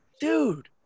Dude